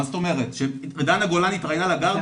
מה זאת אומרת, דנה גולן התראיינה לגרדיאן?